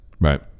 Right